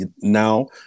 now